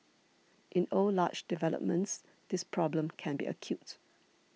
in old large developments this problem can be acute